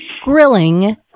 grilling